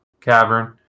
cavern